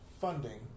funding